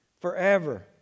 forever